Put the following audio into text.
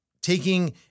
taking